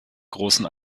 großen